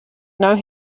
know